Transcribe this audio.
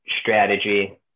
strategy